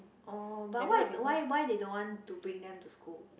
oh but what's the why why they don't want to bring them to school